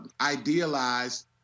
idealized